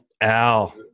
Al